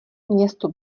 město